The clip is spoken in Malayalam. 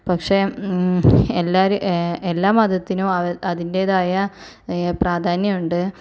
പക്ഷെ എല്ലാരും എല്ലാ മതത്തിനും അതിൻ്റെതായ പ്രാധാന്യം ഉണ്ട്